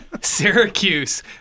Syracuse